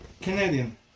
Canadian